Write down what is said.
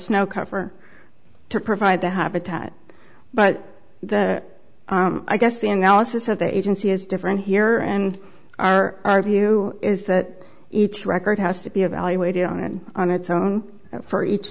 snow cover to provide the habitat but the i guess the analysis of the agency is different here and our view is that its record has to be evaluated on and on its own for each